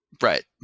Right